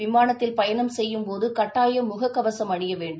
விமானத்தில் பயணம் செய்யும் போதுகட்டாயம் முகக்கவசம் அணியவேண்டும்